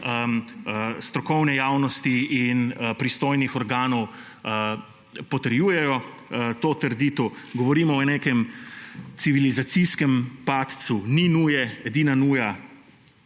strokovne javnosti in pristojnih organov potrjujejo to trditev. Govorimo o nekem civilizacijskem padcu. Ni nuje. Edina nuja,